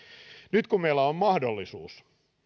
nyt kun meillä on mahdollisuus